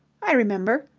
i remember.